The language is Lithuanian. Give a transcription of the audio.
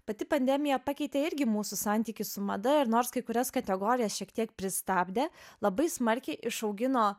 pati pandemija pakeitė irgi mūsų santykį su mada ir nors kai kurias kategorijas šiek tiek pristabdė labai smarkiai išaugino